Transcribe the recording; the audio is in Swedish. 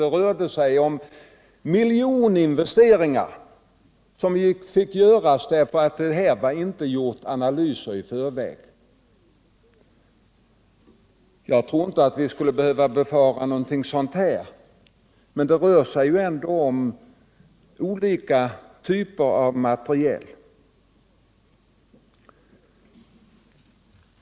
Det rörde sig om miljoninvesteringar som fick göras, därför att analyser inte hade gjorts i förväg. Jag tror inte att vi skulle behöva befara någonting sådant, men det rör sig ändå om olika typer av materiel.